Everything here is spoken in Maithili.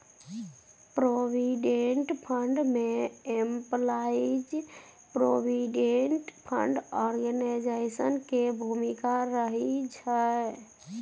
प्रोविडेंट फंड में एम्पलाइज प्रोविडेंट फंड ऑर्गेनाइजेशन के भूमिका रहइ छइ